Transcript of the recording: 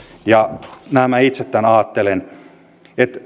näin minä itse tämän ajattelen